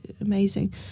amazing